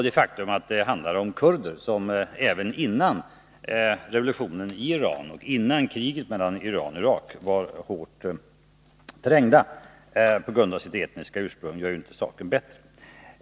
Det faktum att det handlar om kurder, som även före revolutionen i Iran och före kriget mellan Iran och Irak var hårt trängda på grund av sitt etniska ursprung, gör ju inte saken bättre.